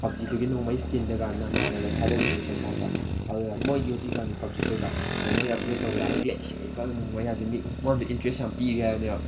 ꯄꯞꯖꯤꯗꯒꯤ ꯅꯣꯡꯃꯩ ꯏꯁꯀꯤꯟꯗꯒ ꯅꯝꯃꯥꯗꯒ ꯊꯥꯗꯔꯤꯝꯅꯤ ꯄꯩꯁꯥꯀ ꯑꯗꯨꯅ ꯃꯣꯏꯒꯤ ꯍꯧꯖꯤꯛꯀꯥꯟꯒꯤ ꯄꯞꯖꯤꯗꯒ ꯅꯣꯡꯃꯩ ꯑꯞꯒ꯭ꯔꯦꯠ ꯇꯧꯕ ꯌꯥꯔꯦ ꯒ꯭ꯂꯦꯁꯤꯌꯔ ꯀꯥꯏꯅ ꯅꯣꯡꯃꯩꯀꯥꯁꯦ ꯃꯤ ꯃꯉꯣꯟꯗ ꯏꯟꯇꯔꯦꯁ ꯌꯥꯝ ꯄꯤꯔꯦ ꯍꯥꯏꯕꯅꯦꯕ